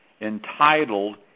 entitled